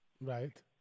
Right